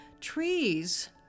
Trees